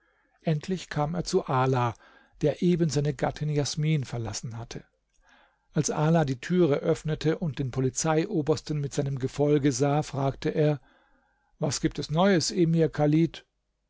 endlich kam er zu ala der eben seine gattin jasmin verlassen hatte als ala die türe öffnete und den polizeiobersten mit seinem gefolge sah fragte er was gibt es neues emir chalid